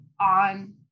on